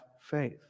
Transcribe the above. faith